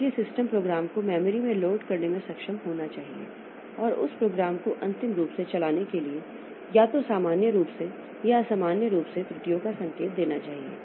इसलिए system program को memory में लोड करने में सक्षम होना चाहिए और उस प्रोग्राम को अंतिम रूप से चलाने के लिए या तो सामान्य रूप से या असामान्य रूप से त्रुटियों का संकेत देना चाहिए